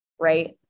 Right